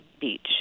beach